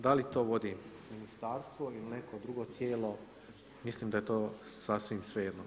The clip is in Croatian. Da li to vodi ministarstvo ili neko drugo tijelo, mislim da je to sasvim svejedno.